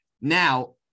Now